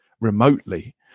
remotely